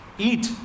Eat